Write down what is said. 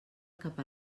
cap